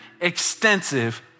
extensive